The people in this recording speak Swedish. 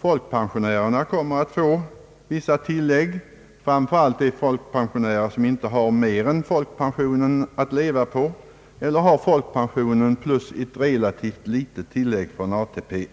Folkpensionärerna kommer att få vissa tillägg, framför allt de som inte har mer än folkpensionen att leva på eller som har folkpensionen plus ett relativt litet tillägg från ATP.